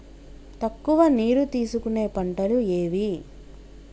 తక్కువ నీరు తీసుకునే పంటలు ఏవి?